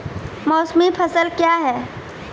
मौसमी फसल क्या हैं?